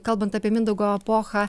kalbant apie mindaugo epochą